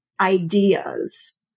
ideas